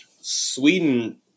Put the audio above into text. Sweden